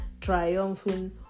Triumphing